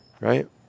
Right